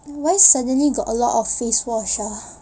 why suddenly got a lot of face wash ah